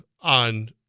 on